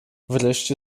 wreszcie